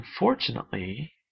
unfortunately